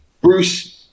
Bruce